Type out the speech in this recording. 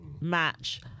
match